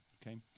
Okay